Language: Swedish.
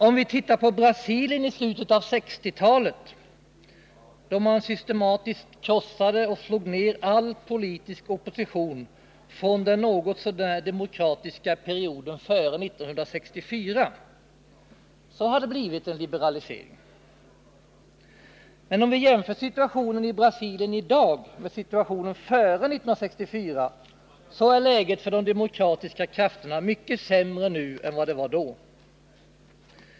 Om vi tittar på Brasilien i slutet av 1960-talet, då man systematiskt krossade och slog ner all politisk opposition från den något så när demokratiska perioden före 1964, och jämför med i dag, så har det blivit en liberalisering. Men om vi jämför situationen i Brasilien i dag med situationen före 1964, så är läget för de demokratiska krafterna mycket sämre nu än det 107 var då.